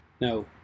No